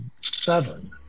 seven